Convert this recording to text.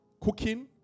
cooking